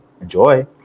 enjoy